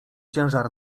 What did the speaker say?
ciężar